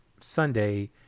Sunday